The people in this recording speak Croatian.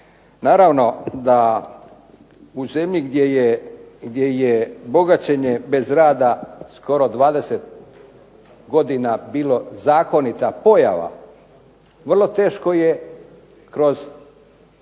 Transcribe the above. Naravno da u zemlji gdje je bogaćenje bez rada skoro 20 godina bilo zakonita pojava vrlo teško je kroz